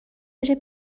بشه